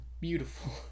beautiful